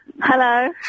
Hello